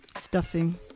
Stuffing